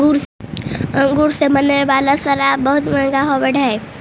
अंगूर से बने वाला शराब बहुत मँहगा होवऽ हइ